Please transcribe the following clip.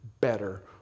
better